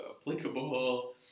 applicable